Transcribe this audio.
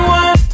one